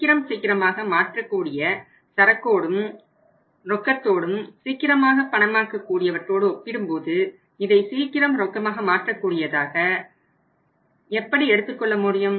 சீக்கிரமாக மாற்றக்கூடிய சரக்கோடும் ரொக்கத்தோடும் சீக்கிரமாக பணமாக்கக்கூடியவற்றோடும் ஒப்பிடும்போது இதை சீக்கிரம் ரொக்கமாக மாற்றக் கூடியதாக எப்படி எடுத்துக்கொள்ள முடியும்